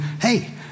hey